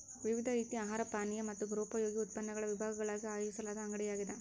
ವಿವಿಧ ರೀತಿಯ ಆಹಾರ ಪಾನೀಯ ಮತ್ತು ಗೃಹೋಪಯೋಗಿ ಉತ್ಪನ್ನಗಳ ವಿಭಾಗಗಳಾಗಿ ಆಯೋಜಿಸಲಾದ ಅಂಗಡಿಯಾಗ್ಯದ